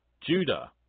Judah